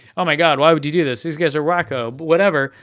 oh my god, why would you do this? these guys are whacko, whatever.